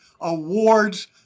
Awards